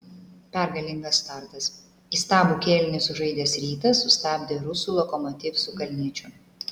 pergalingas startas įstabų kėlinį sužaidęs rytas sustabdė rusų lokomotiv su kalniečiu